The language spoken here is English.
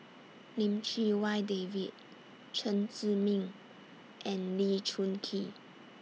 Lim Chee Wai David Chen Zhiming and Lee Choon Kee